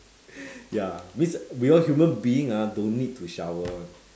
ya means we all human being ah don't need to shower [one]